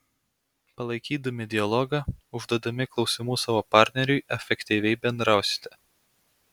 palaikydami dialogą užduodami klausimų savo partneriui efektyviai bendrausite